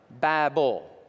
Babel